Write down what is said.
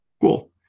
Cool